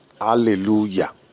hallelujah